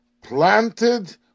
planted